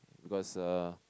because uh